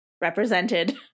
represented